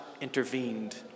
intervened